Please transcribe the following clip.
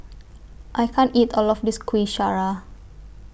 I can't eat All of This Kuih Syara